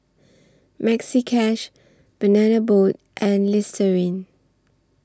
Maxi Cash Banana Boat and Listerine